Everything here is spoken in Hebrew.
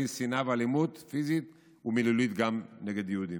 שנאה ואלימות פיזית ומילולית גם נגד יהודים.